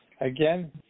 again